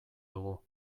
dugu